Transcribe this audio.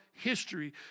history